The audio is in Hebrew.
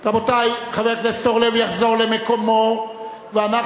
רבותי, חבר הכנסת אורלב יחזור למקומו ואנחנו